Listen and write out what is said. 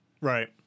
Right